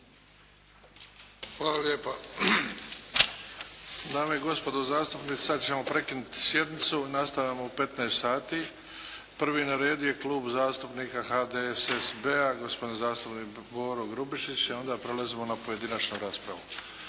Hvala lijepo. Dame i gospodo zastupnici sada ćemo prekinuti sjednicu. Nastavljamo u 15 sati. Prvi na redu je Klub zastupnika HDSSB-a gospodin zastupnik Boro Grubišić. I onda prelazimo na pojedinačnu raspravu.